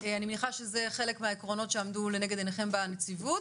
אני מניחה שזה חלק מהעקרונות שעמדו לנגד עיניכם בנציבות,